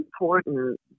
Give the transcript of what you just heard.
important